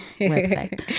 website